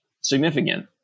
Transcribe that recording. significant